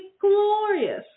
glorious